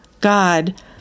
God